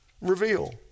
reveal